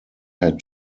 had